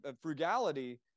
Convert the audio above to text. frugality